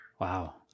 Wow